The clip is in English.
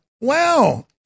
Wow